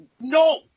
No